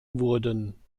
wurden